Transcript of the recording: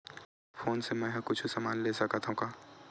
का फोन से मै हे कुछु समान ले सकत हाव का?